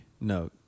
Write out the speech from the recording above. No